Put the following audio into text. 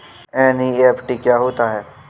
NEFT क्या होता है?